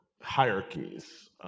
hierarchies